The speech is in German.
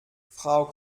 frau